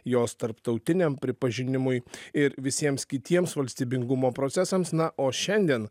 jos tarptautiniam pripažinimui ir visiems kitiems valstybingumo procesams na o šiandien